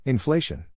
Inflation